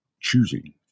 choosing